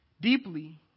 deeply